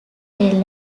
della